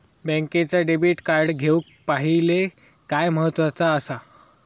बँकेचा debit card घेउक पाहिले काय महत्वाचा असा?